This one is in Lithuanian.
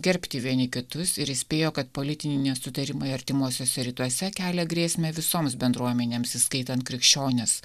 gerbti vieni kitus ir įspėjo kad politiniai nesutarimai artimuosiuose rytuose kelia grėsmę visoms bendruomenėms įskaitant krikščionis